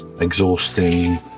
exhausting